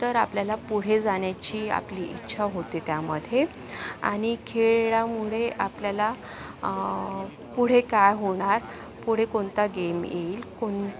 तर आपल्याला पुढे जाण्याची आपली इच्छा होते त्यामध्ये आणि खेळामुळे आपल्याला पुढे काय होणार पुढे कोणता गेम येईल कोण